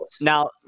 now